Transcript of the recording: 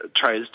tries